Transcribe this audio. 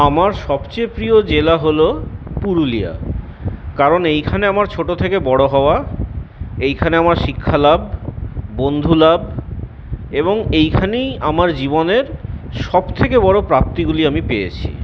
আমার সবচেয়ে প্রিয় জেলা হল পুরুলিয়া কারণ এইখানে আমার ছোট থেকে বড়ো হওয়া এইখানে আমার শিক্ষা লাভ বন্ধু লাভ এবং এইখানেই আমার জীবনের সব থেকে বড়ো প্রাপ্তিগুলি আমি পেয়েছি